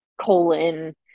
colon